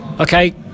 Okay